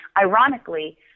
ironically